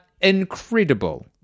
incredible